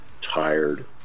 Tired